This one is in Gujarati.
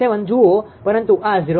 95137 જુઓ પરંતુ આ 0